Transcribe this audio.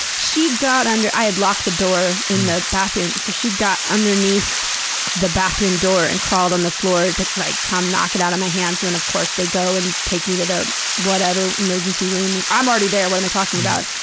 she got under i had locked the door in the bathroom, so she got underneath the bathroom door and crawled on the floor to, like, come knock it out of my hands. and then, of course, they go and take me to the whatever, emergency room i'm already there. what am i talking about?